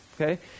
okay